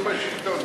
לא תהיו בשלטון.